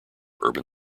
urban